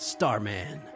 Starman